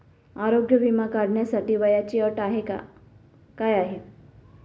आरोग्य विमा काढण्यासाठी वयाची अट काय आहे?